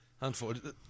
Unfortunately